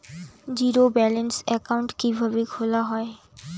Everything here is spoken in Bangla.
জিরো ব্যালেন্স একাউন্ট কিভাবে খোলা হয়?